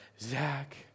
Zach